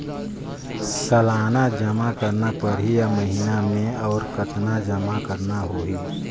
सालाना जमा करना परही या महीना मे और कतना जमा करना होहि?